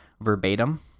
Verbatim